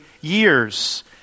years